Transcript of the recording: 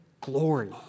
glory